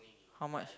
how much